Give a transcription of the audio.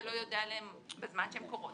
ולא יודע עליהן בזמן שהן קורות,